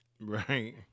right